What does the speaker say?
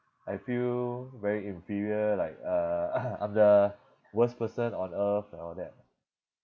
I feel very inferior like uh I'm the worst person on earth and all that